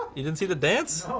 you didn't see the dance?